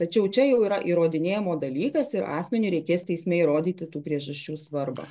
tačiau čia jau yra įrodinėjimo dalykas ir asmeniui reikės teisme įrodyti tų priežasčių svarbą